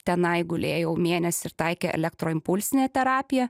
tenai gulėjau mėnesį ir taikė elektroimpulsinę terapiją